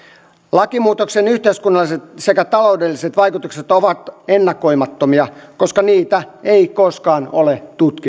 lakimuutoksen yhteiskunnalliset sekä taloudelliset vaikutukset ovat ennakoimattomia koska niitä ei koskaan ole tutkittu